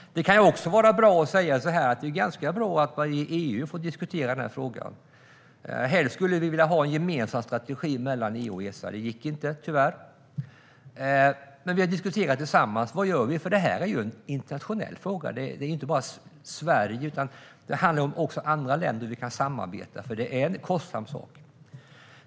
Det är ganska bra att få diskutera den här frågan i EU. Helst skulle vi vilja ha en gemensam strategi mellan EU och Esa. Det gick tyvärr inte, men vi har i alla fall diskuterat tillsammans vad vi ska göra. Det här är ju en internationell fråga. Det gäller inte bara Sverige, utan det handlar också om hur vi kan samarbeta med andra länder, för detta är en kostsam sak.